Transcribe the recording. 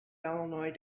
illinois